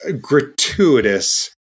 gratuitous